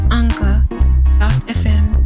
anchor.fm